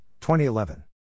2011